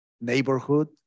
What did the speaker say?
neighborhood